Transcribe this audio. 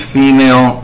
female